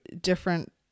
different